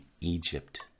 Egypt